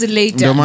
later